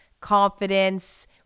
confidence